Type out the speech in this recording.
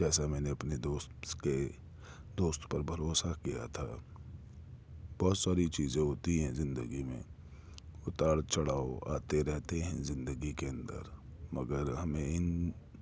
جیسا میں نے اپنے دوستس کے دوست پر بھروسہ کیا تھا بہت ساری چیزیں ہوتی ہیں زندگی میں اتار چڑھاؤ آتے رہتے ہیں زندگی کے اندر مگر ہمیں ان